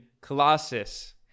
Colossus